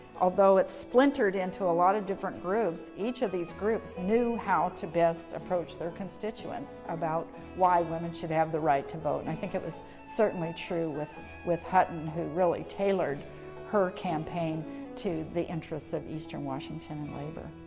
although it splintered into a lot of different groups, each of these groups knew how to best approach their constituents about why women should have the right to vote. and i think it was certainly true with with hutton, who really tailored her campaign to the interest of eastern washington and labor.